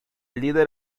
líder